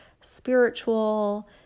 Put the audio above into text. spiritual